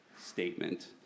statement